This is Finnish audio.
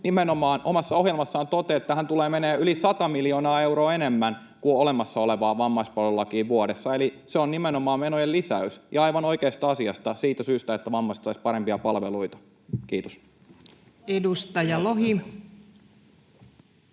nimenomaan omassa ohjelmassaan toteaa, että tähän tulee menemään yli 100 miljoonaa euroa enemmän kuin olemassa olevaan vammaispalvelulakiin vuodessa, eli se on nimenomaan menojen lisäys, ja aivan oikeasta asiasta, siitä syystä, että vammaiset saisivat parempia palveluita. — Kiitos. Edustaja Lohi.